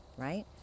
Right